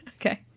Okay